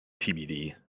TBD